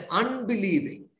unbelieving